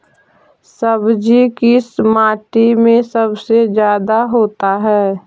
सब्जी किस माटी में सबसे ज्यादा होता है?